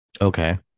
Okay